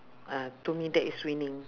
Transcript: ah to me that is winning